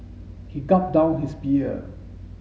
he gulped down his beer